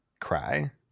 Cry